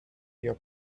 your